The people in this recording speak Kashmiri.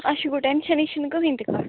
اَچھا گوٚو ٹٮ۪نشَنٕچ چھِنہٕ کٕہیٖنٛۍ تہِ کَتھ